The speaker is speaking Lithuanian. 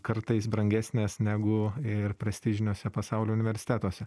kartais brangesnės negu ir prestižiniuose pasaulio universitetuose